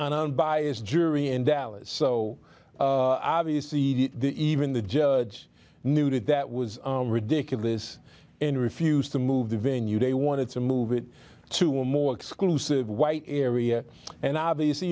unbiased jury in dallas so obvious the even the judge knew that that was ridiculous and refused to move the venue they wanted to move it to a more exclusive white area and obviously